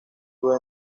sus